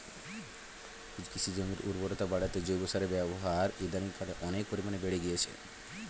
কৃষি জমির উর্বরতা বাড়াতে জৈব সারের ব্যবহার ইদানিংকালে অনেক পরিমাণে বেড়ে গিয়েছে